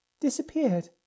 disappeared